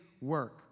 work